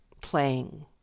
playing